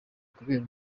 kubera